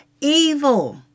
evil